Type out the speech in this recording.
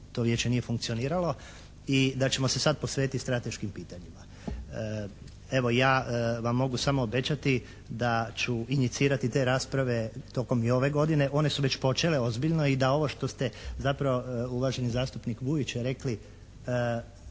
to vijeće nije funkcioniralo i da ćemo se sad posvetiti strateškim pitanjima. Evo ja vam mogu samo obećati da ću inicirati te rasprave tokom i ove godine. One su već počele ozbiljno. I da ovo što ste zapravo uvaženi zastupnik Vujić rekli,